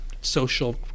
social